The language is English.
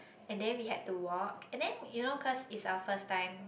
and then we had to walk and then you know cause it's our first time